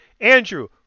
Andrew